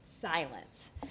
silence